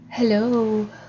Hello